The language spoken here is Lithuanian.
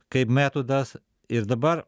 kaip metodas ir dabar